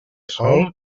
sol